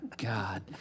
God